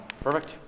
perfect